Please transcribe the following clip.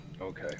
Okay